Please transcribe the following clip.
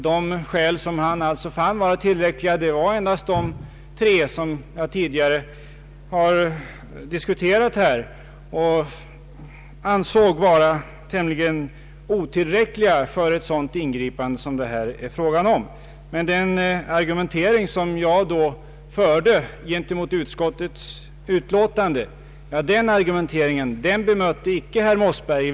De skälen var endast de tre som tidigare diskuterats och som vi opponenter anser vara otillräckliga för ett sådant intrång som det här är fråga om. Men den argumentering jag framförde i huvudanförandet gentemot utskottets utlåtande bemötte icke herr Mossberger.